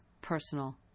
personal